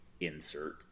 insert